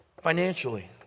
financially